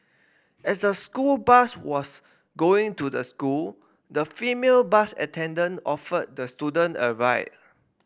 as the school bus was going to the school the female bus attendant offered the student a ride